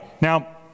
Now